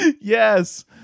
Yes